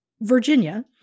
Virginia